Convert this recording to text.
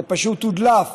זה פשוט הודלף